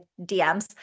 DMs